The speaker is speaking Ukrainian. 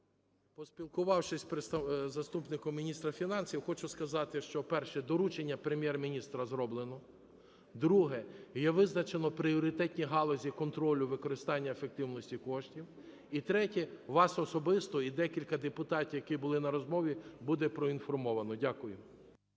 Поспілкувавшись із заступником міністра фінансів, хочу сказати, що, перше, доручення Прем'єр-міністра зроблено. Друге. Визначено пріоритетні галузі контролю використання ефективності коштів. І третє. Вас особисто і декілька депутатів, які були на розмові, буде проінформовано. Дякую.